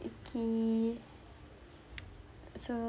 okay so